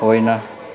होइन